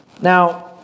Now